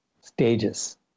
stages